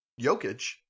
Jokic